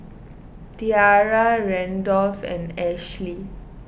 Tiarra Randolph and Ashely